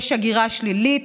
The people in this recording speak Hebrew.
יש הגירה שלילית.